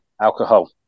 alcohol